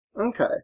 Okay